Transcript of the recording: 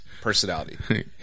Personality